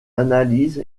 analyse